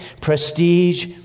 prestige